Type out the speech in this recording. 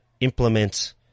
implement